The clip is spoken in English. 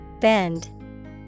Bend